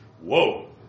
whoa